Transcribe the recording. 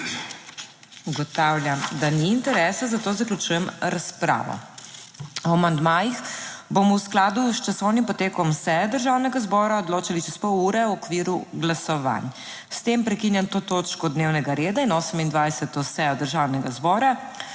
Ugotavljam, da ni interesa, zato zaključujem razpravo. O amandmajih bomo v skladu s časovnim potekom seje Državnega zbora odločali čez pol ure v okviru glasovanj. S tem prekinjam to točko dnevnega reda in 28. sejo Državnega zbora,